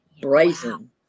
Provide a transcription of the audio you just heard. brazen